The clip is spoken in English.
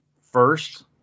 first